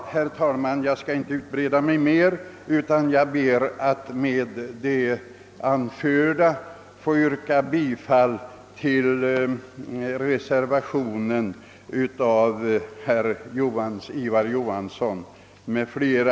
Herr talman! Jag skall inte utveckla saken ytterligare utan ber att med det anförda få yrka bifall till reservationen av herr Ivar Johansson m.fl.